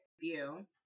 view